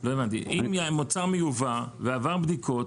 -- אם מוצר מיובא, ועבר בדיקות,